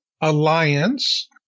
alliance